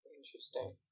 Interesting